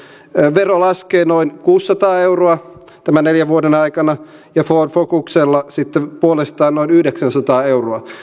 vero laskee noin kuusisataa euroa tämän neljän vuoden aikana ja ford focuksella sitten puolestaan noin yhdeksänsataa euroa